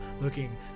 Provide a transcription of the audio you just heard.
looking